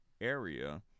area